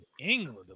England